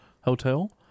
hotel